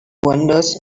wanders